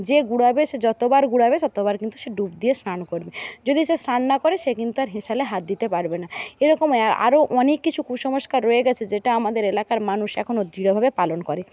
যে গুড়াবে সে যতবার গুড়াবে ততোবার কিন্তু সে ডুব দিয়ে স্নান করবে যদি সে স্নান না করে সে কিন্তু আর হেঁশেলে হাত দিতে পারবে না এরকম আরও অনেক কিছু কুসংস্কার রয়ে গেছে যেটা আমাদের এলাকার মানুষ এখনো দৃঢ়ভাবে পালন করে